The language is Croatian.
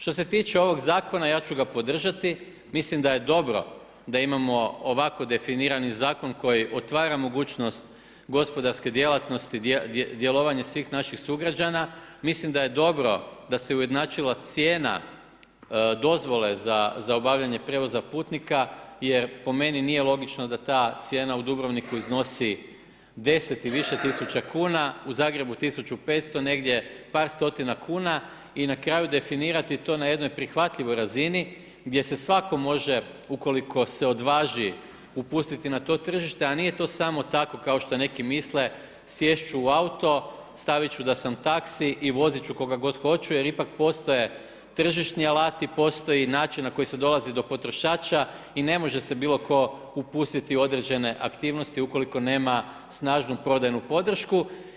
Što se tiče ovog zakona, ja ću ga podržati, mislim da je dobro da imamo ovako definirani zakon koji otvara mogućnost gospodarske djelatnosti, djelovanje svih naših sugrađana, mislim da je dobro da se ujednačila cijena dozvole za obavljanje prijevoza putnika jer po meni nije logično da ta cijena u Dubrovniku iznosi 10 i više tisuća kuna, u Zagrebu 1500, negdje par stotina kuna i na kraju definirati to na jednoj prihvatljivoj razini gdje se svatko može ukoliko se odvaži upustiti na to tržište, a nije to samo tako kao što neki misle, sjest ću u auto, stavit ću da sam taxi i vozit ću koga god hoću jer ipak postoje tržišni alati, postoji način na koji se dolazi do potrošača i ne može se bilo tko upustiti u određene aktivnosti ukoliko nema snažnu prodajnu podršku.